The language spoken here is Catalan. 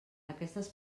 aquestes